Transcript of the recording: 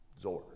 Zor